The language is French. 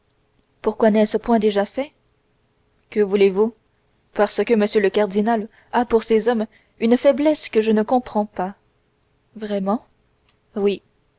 pourquoi n'est-ce point déjà fait que voulez-vous parce que m le cardinal a pour ces hommes une faiblesse que je ne comprends pas vraiment oui